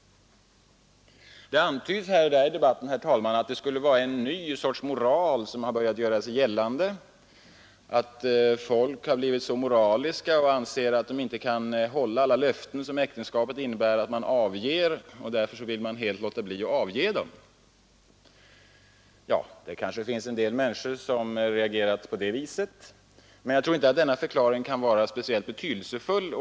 Det antyds här och där i debatten, herr talman, att det skulle vara någon ny moral, som har börjat göra sig gällande, att folk har blivit så moraliska och anser att de inte kan hålla alla löften som äktenskapet innebär att man avger, och därför vill man helt låta bli att avge dem. Det kanske finns en del människor som reagerat på det viset, men jag tror inte att denna förklaring kan vara speciellt betydelsefull.